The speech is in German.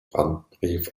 brandbrief